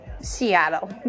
Seattle